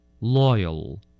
loyal